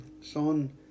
Son